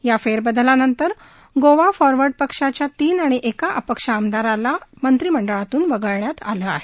या फेरबदलानंतर गोवा फॉरवर्ड पक्षाच्या तीन आणि एका अपक्ष आमदाराला मंत्रिमंडळातून वगळण्यात आलं आहे